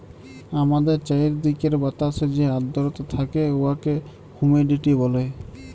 আমাদের চাইরদিকের বাতাসে যে আদ্রতা থ্যাকে উয়াকে হুমিডিটি ব্যলে